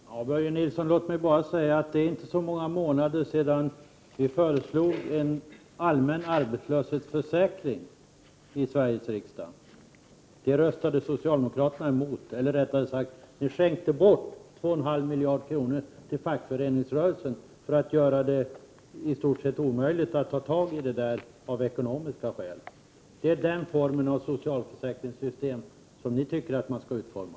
Fru talman! Låt mig till Börje Nilsson bara säga att det inte är så många månader sedan som vi i Sveriges riksdag föreslog en allmän arbetslöshetsförsäkring. Det gick socialdemokraterna emot. Eller rättare sagt: ni skänkte bort 2,5 miljarder kronor till fackföreningsrörelsen för att göra det i stort sett ekonomiskt omöjligt att genomföra en sådan försäkring. Så är det med den typ av socialförsäkringssystem som ni tycker att man skall ha.